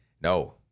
no